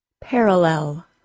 Parallel